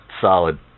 solid